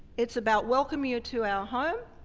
it's about welcoming you to our home.